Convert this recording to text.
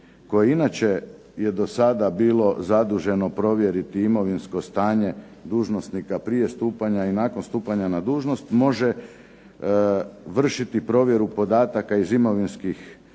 koje inače je do sada bilo zaduženo provjeriti imovinsko stanje dužnosnika prije stupanja i nakon stupanja na dužnost može vršiti provjeru podataka iz imovinskih